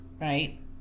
Right